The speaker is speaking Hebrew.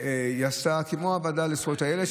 כמו הוועדה לזכויות הילד,